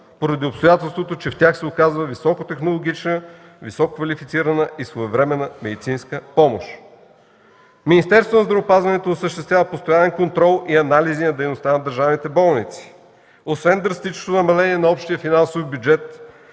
поради обстоятелството, че в тях се оказва високотехнологична, висококвалифицирана и своевременна медицинска помощ. Министерството на здравеопазването осъществява постоянен контрол и анализи на дейността на държавните болници. Освен драстичното намаление на общия финансов бюджет